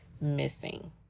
missing